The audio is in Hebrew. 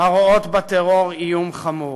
הרואות בטרור איום חמור.